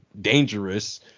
dangerous